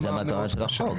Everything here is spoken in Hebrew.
אז זה המטרה של החוק,